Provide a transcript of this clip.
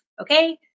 Okay